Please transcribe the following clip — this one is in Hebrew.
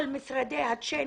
כל משרדי הצ'יינג'ים,